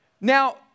Now